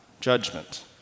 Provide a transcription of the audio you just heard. judgment